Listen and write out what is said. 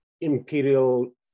imperial